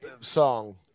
song